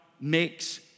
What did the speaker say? makes